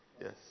Yes